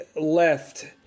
left